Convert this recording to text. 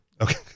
okay